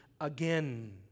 again